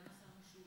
סגן השר משולם